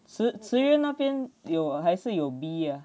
茨茨园那边有还是有 B ah